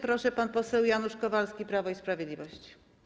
Proszę, pan poseł Janusz Kowalski, Prawo i Sprawiedliwość.